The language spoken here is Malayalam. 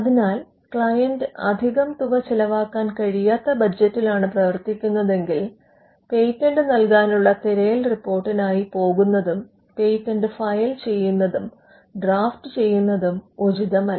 അതിനാൽ ക്ലയന്റ് അധികം തുക ചിലവാക്കാൻ കഴിയാത്ത ബജറ്റിലാണ് പ്രവർത്തിക്കുന്നതെങ്കിൽ പേറ്റന്റ് നൽകാനുള്ള തിരയൽ റിപ്പോർട്ടിനായി പോകുന്നതും പേറ്റന്റ് ഫയൽ ചെയ്യുന്നതും ഡ്രാഫ്റ്റ് ചെയ്യുന്നതും ഉചിതമല്ല